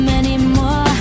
anymore